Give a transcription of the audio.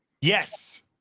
Yes